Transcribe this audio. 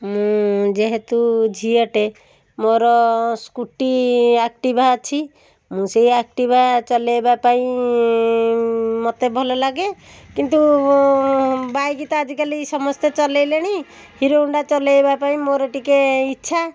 ମୁଁ ଯେହେତୁ ଝିଅଟେ ମୋର ସ୍କୁଟି ଆକ୍ଟିଭା ଅଛି ମୁଁ ସେଇ ଆକ୍ଟିଭା ଚଲେଇବା ପାଇଁ ମୋତେ ଭଲଲାଗେ କିନ୍ତୁ ବାଇକ୍ ତ ଆଜିକାଲି ସମସ୍ତେ ଚଲେଇଲେଣି ହିରୋହୋଣ୍ଡା ଚଲେଇବା ପାଇଁ ମୋର ଟିକିଏ ଇଚ୍ଛା